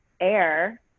air